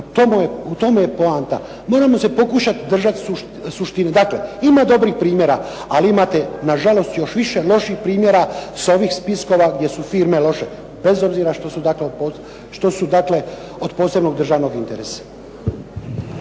U tomu je poanta. Moramo se pokušati držati suštine. Dakle, ima dobrih primjera, ali imate, nažalost, još više loših primjera sa ovih spiskova gdje su firme loše, bez obzira što su dakle od posebnog državnog interesa.